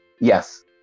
Yes